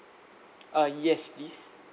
uh yes please